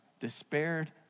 despaired